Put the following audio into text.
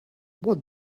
what